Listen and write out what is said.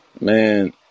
man